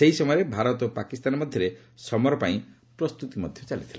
ସେହି ସମୟରେ ଭାରତ ଓ ପାକିସ୍ତାନ ମଧ୍ୟରେ ସମର ପାଇଁ ପ୍ରସ୍ତୁତି ଚାଲିଥିଲା